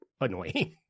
annoying